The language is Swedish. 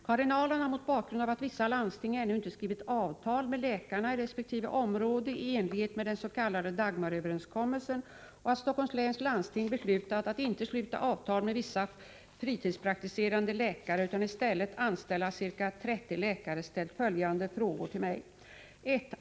Karin Ahrland har, mot bakgrund av att vissa landsting ännu inte skrivit avtal med läkarna i resp. område i enlighet med den s.k. Dagmaröverenskommelsen och att Stockholms läns landsting beslutat att inte sluta avtal med vissa fritidspraktiserande läkare utan i stället anställa ca 30 läkare, ställt följande frågor till mig: 1.